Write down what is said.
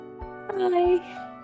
bye